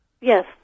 Yes